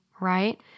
right